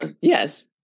yes